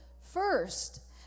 first